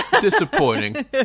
disappointing